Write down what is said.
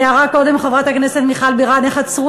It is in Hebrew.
תיארה קודם חברת הכנסת מיכל בירן איך עצרו